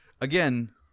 Again